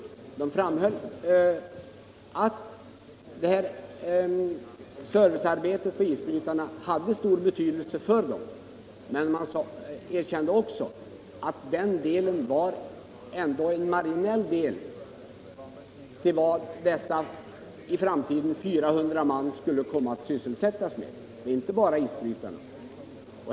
Länsstyrelsen framhöll att servicearbetet på isbrytare hade stor betydelse men erkände också att den delen ändå var marginell jämfört med vad dessa i framtiden 400 man skulle komma att sysselsättas med - det gäller inte bara isbrytare.